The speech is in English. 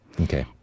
Okay